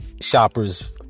shoppers